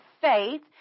faith